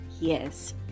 yes